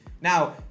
Now